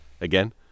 again